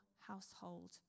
household